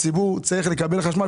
הציבור צריך לקבל חשמל,